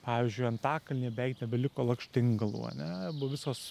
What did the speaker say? pavyzdžiui antakalnyje beveik nebeliko lakštingalų ane visos